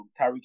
Tyreek